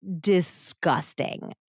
disgusting